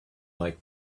like